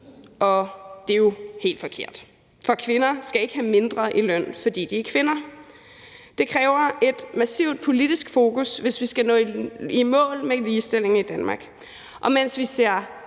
Det er jo helt forkert, for kvinder skal ikke have mindre i løn, fordi de er kvinder. Det kræver et massivt politisk fokus, hvis vi skal nå i mål med ligestillingen i Danmark. Og mens vi ser